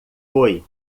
foi